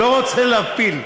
לא רוצה להפיל.